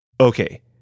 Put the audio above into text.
Okay